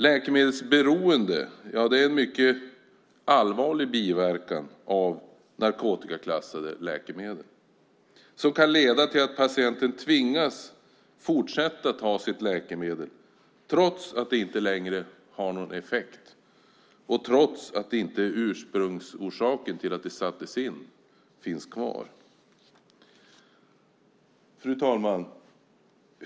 Läkemedelsberoende är en mycket allvarlig biverkning av narkotikaklassade läkemedel, som kan leda till att patienten tvingas fortsätta att ta sitt läkemedel, trots att det inte längre har någon effekt och trots att den ursprungliga orsaken till att det sattes in inte finns kvar. Fru talman!